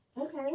Okay